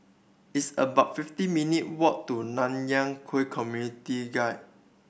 it's about fifty minute walk to Nanyang Khek Community Guild